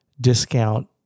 discount